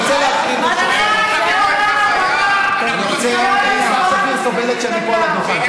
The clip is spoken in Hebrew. סתיו שפיר סובלת שאני פה על הדוכן.